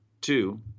Two